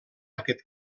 aquest